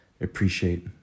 appreciate